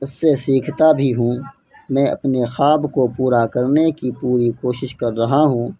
اس سے سیکھتا بھی ہوں میں اپنے خواب کو پورا کرنے کی پوری کوشش کر رہا ہوں